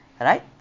right